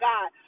God